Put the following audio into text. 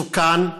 מסוכן.